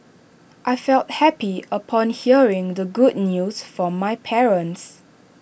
I felt happy upon hearing the good news from my parents